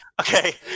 Okay